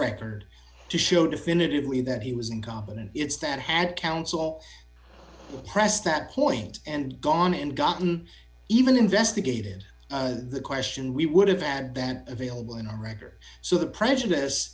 record to show definitively that he was incompetent it's that had counsel press that point and gone and gotten even investigated the question we would have advent of vailable in our records so the prejudice